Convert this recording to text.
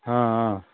ఆ ఆ